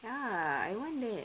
ya I want that